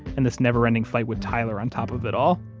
and this never-ending fight with tyler on top of it all